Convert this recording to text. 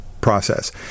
process